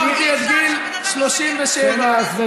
אבל אי-אפשר שהבן אדם, קסניה סבטלובה.